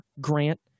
Grant